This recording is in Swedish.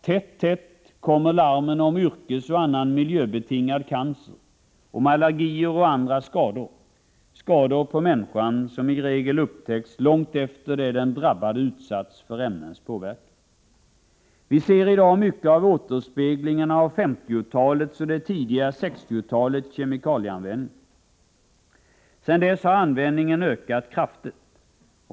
Tätt, tätt kommer larmen om yrkesoch annan miljöbetingad cancer, om allergier och andra skador, skador på människan som i regel upptäcks långt efter det den drabbade utsatts för ämnets påverkan. Vi ser i dag återspeglingarna av 1950-talets och det tidiga 1960-talets kemikalieanvändning. Sedan dess har användningen av kemikalier ökat kraftigt.